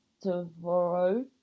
tomorrow